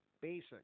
Basic